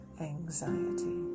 anxiety